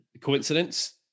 Coincidence